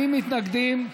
40 מתנגדים,